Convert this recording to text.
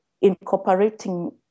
incorporating